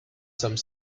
some